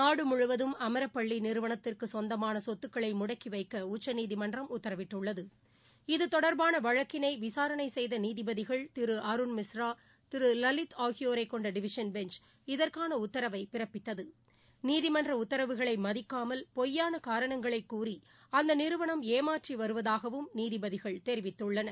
நாடு முழுவதும் அமரப்பள்ளி நிறுவனத்திற்கு சொந்தமான சொத்துக்களை முடக்கி வைக்க உச்சநீதிமன்றம் உத்தரவிட்டுள்ளது இது தொடர்பான வழக்கினை விசாரணை செய்த நீதிபதிகள் திரு அருண் மிஸ்ரா திரு லலித் ஆகியோரை கொண்ட டிவிசன் பெஞ்ச் இதற்கான உத்தரவை பிறப்பித்தது நீதிமன்ற உத்தரவைகளை மதிக்காமல் பொய்யான காரணங்களை கூறி அந்த நிறுவனம் ஏமாற்றி வருவதாகவும் நீதிபதிகள் தெரிவித்துள்ளனர்